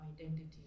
identity